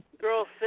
Girl's